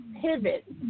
pivot